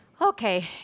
Okay